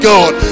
God